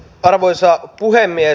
arvoisa puhemies